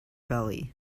belly